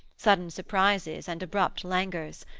sudden surprises and abrupt languors.